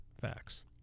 facts